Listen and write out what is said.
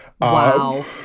Wow